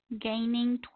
Gaining